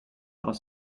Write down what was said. aus